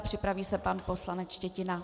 Připraví se pan poslanec Štětina.